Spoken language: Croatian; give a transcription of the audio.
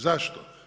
Zašto?